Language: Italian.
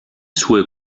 sue